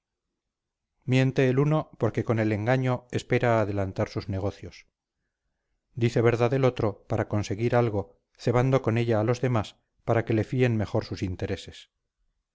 miente el uno porque con el engaño espera adelantar sus negocios dice verdad el otro para conseguir algo cebando con ella a los demás para que le fíen mejor sus intereses